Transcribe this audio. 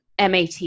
MAT